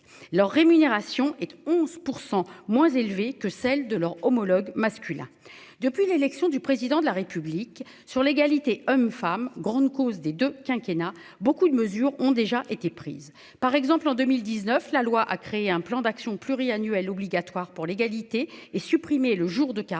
Leur rémunération et de 11% moins élevés que celles de leurs homologues masculins. Depuis l'élection du président de la République sur l'égalité hommes-femmes grande cause des 2 quinquennats beaucoup de mesures ont déjà été prises, par exemple en 2019, la loi a créé un plan d'action pluri-annuelles obligatoire pour l'égalité et supprimer le jour de